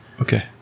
Okay